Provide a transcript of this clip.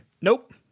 Nope